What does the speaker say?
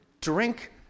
drink